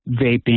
vaping